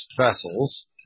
vessels